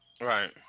Right